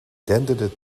denderde